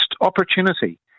opportunity